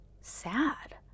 sad